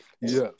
Yes